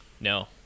No